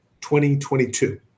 2022